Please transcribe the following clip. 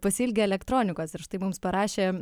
pasiilgę elektronikos ir štai mums parašė